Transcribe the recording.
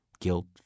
Guilt